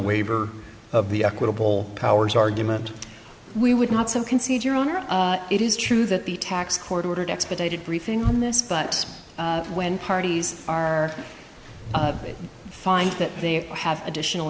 waiver of the equitable powers argument we would not some concede your honor it is true that the tax court ordered expedited briefing on this but when parties are find that they have additional